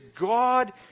God